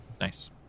Nice